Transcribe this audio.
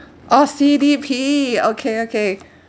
oh C_D_P okay okay